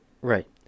Right